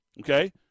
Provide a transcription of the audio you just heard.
okay